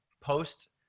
post